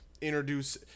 introduce